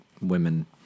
women